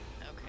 okay